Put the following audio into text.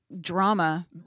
drama